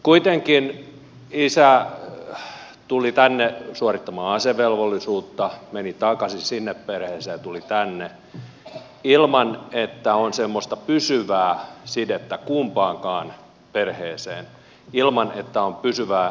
kuitenkin isä tuli tänne suorittamaan asevelvollisuutta meni takaisin sinne perheeseen ja tuli tänne ilman että on semmoista pysyvää sidettä kumpaankaan perheeseen ilman että on pysyvää sidettä kieleen